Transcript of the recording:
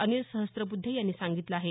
अनिल सहस्त्रबुद्धे यांनी सांगितलं आहे